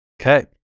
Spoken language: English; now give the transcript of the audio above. Okay